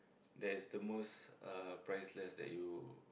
that is the most uh priceless that you